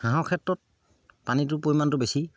হাঁহৰ ক্ষেত্ৰত পানীটোৰ পৰিমাণটো বেছি